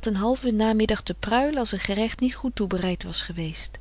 een halven namiddag te pruilen als een gerecht niet goed toebereid was geweest